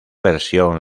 versión